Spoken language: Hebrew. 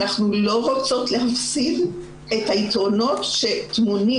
אנחנו לא רוצות להפסיד את היתרונות שטמונים